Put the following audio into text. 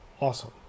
awesome